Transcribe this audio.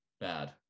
bad